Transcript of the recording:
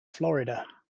florida